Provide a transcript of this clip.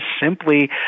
simply